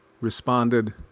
Responded